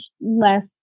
less